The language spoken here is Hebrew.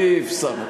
אליף, סין.